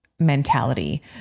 mentality